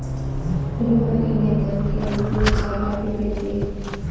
रूहानी ने दान के रूप में चार लाख रुपए दिए